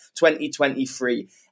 2023